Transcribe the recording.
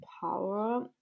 power